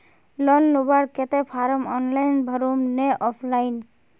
Loan लुबार केते form online भरुम ने ऑफलाइन?